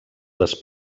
les